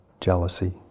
jealousy